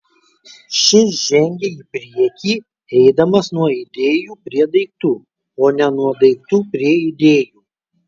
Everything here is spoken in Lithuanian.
šis žengia į priekį eidamas nuo idėjų prie daiktų o ne nuo daiktų prie idėjų